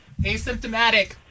Asymptomatic